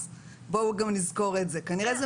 אז בואו נזכור גם את זה.